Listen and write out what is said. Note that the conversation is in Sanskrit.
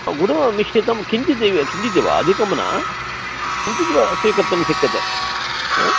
गुडमिश्रितं किञ्चिदेव किञ्चिदेव अधिकं न किञ्चिदेव स्वीकर्तुं शक्यते ह